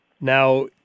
Now